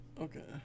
Okay